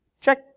Check